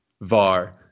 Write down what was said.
VAR